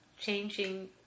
changing